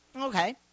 Okay